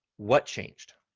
what changed?